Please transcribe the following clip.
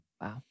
Wow